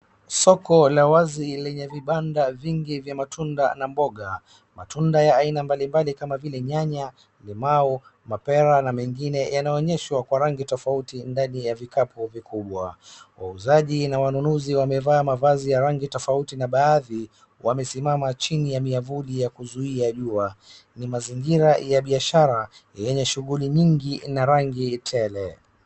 Soko la wazi lenye vibanda vingi vya matunda na mboga, matunda ya aina mbalimbali kama vile nyanya, limau, mapera na mengine yanaonyeshwa kwa rangi tofauti ndani ya vikapu vikubwa. Wauzaji na wanunuzi wamevaa mavazi ya rangi tofauti na baadhi wamesimama chini ya miavuli ya kuzuia jua. Ni mazingira ya biashara yenye shughuli nyingi na rangi tele.